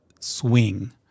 swing